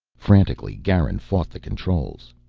frantically garin fought the controls.